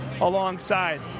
alongside